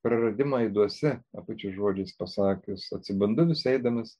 praradimo aiduose apučio žodžiais pasakius atsibundu vis eidamas